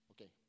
Okay